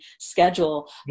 schedule